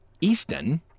Easton